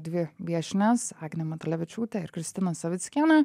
dvi viešnias agnę matulevičiūtę ir kristiną savickienę